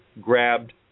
grabbed